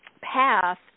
path